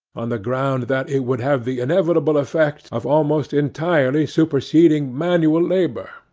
on the ground that it would have the inevitable effect of almost entirely superseding manual labour,